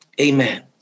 amen